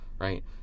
right